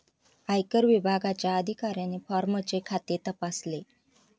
आयकर विभागाच्या अधिकाऱ्याने फॉर्मचे खाते तपासले